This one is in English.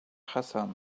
hassan